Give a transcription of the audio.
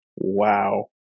Wow